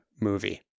movie